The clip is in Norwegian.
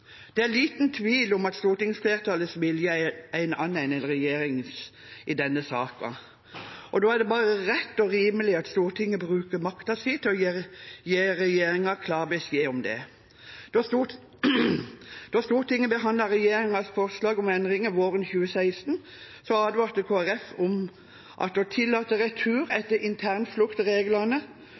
Det er liten tvil om at stortingsflertallets vilje er en annen enn regjeringens i denne saken, og da er det bare rett og rimelig at Stortinget bruker makten sin til å gi regjeringen klar beskjed om det. Da Stortinget behandlet regjeringens forslag om endringer våren 2016, advarte Kristelig Folkeparti om at å tillate retur etter